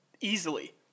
easily